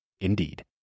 Indeed